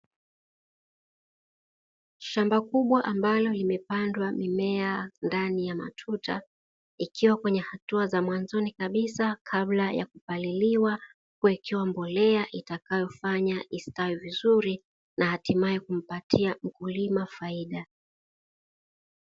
Shamba kubwa ambalo limepandwa mimea ndani ya matuta ikiwa kwenye hatua za mwanzoni kabisa kabla ya kupaliliwa, kuwekewa mbolea itakayofanya istawi vizuri na hatimaye kumpatia mkulima faida.